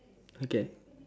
okay